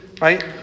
right